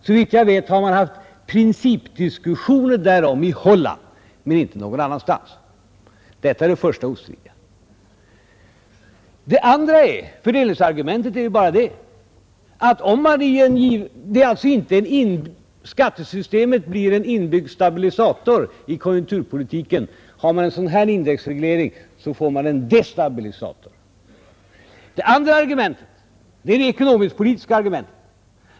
Såvitt jag vet har man haft principdiskussioner om detta i Holland, men inte någon annanstans. En sådan indexreglering innebär att man i stället för en inbyggd stabilisator i konjunkturpolitiken får en destabilisator. Det andra ostridiga argumentet är fördelningsargumentet.